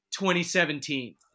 2017